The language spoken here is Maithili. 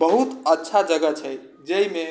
बहुत अच्छा जगह छै जाहिमे